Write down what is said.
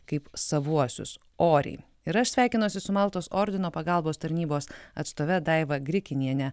kaip savuosius oriai ir aš sveikinuosi su maltos ordino pagalbos tarnybos atstove daiva grikinienė